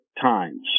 times